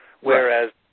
whereas